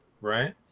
right